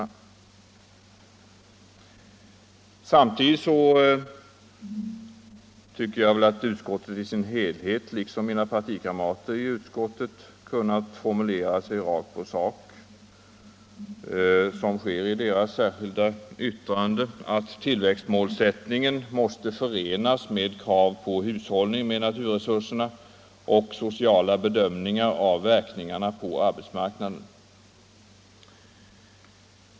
Samtidigt tycker jag nog att utskottet i dess helhet liksom mina partikamrater i sitt särskilda yttrande borde ha kunnat formulera sig rakt på sak. Det framhålls i deras särskilda yttrande bl.a. att tillväxtmålsättningen måste förenas med krav på hushållning med naturresurserna och sociala bedömningar av verkningar på arbetsmarknaden.